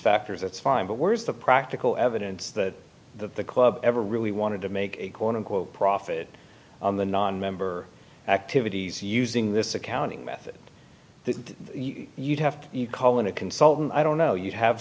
factors that's fine but worse the practical evidence that the club ever really wanted to make a quote unquote profit on the nonmember activities using this accounting method that you'd have to call in a consultant i don't know you have